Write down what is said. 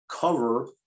cover